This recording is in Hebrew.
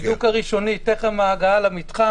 הבידוק הראשוני טרם ההגעה למתחם,